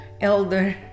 elder